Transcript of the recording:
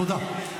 תודה.